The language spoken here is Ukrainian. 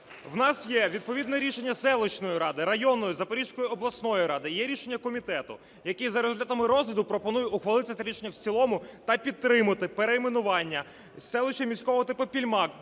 у нас є відповідно рішення селищної ради, районної, Запорізької обласної ради, є рішення комітету, яке за результатами розгляду пропоную ухвалити це рішення в цілому та підтримати перейменування селища міського типу Більмак